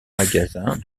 magasin